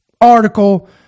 article